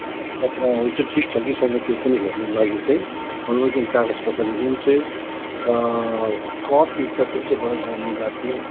कागज पत्रहरू चाहिँ ठिक छ कि छैन त्यो पनि हर्नुको लागि चाहिँ रोकेको दिन कागज पत्र जुन चाहिँ कर तिर्छ त्यो चाहिँ भयो गर्मेन्टलाई पनि